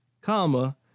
comma